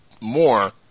more